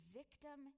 victim